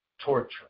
Torture